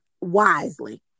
wisely